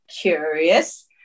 curious